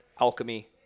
Alchemy